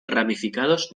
ramificados